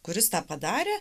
kuris tą padarė